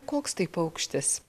koks tai paukštis